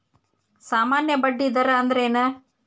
ಸಾಮಾನ್ಯ ಬಡ್ಡಿ ದರ ಅಂದ್ರೇನ?